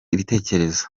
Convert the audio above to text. ibitekerezo